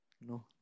No